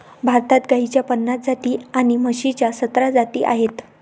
भारतात गाईच्या पन्नास जाती आणि म्हशीच्या सतरा जाती आहेत